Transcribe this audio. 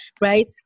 right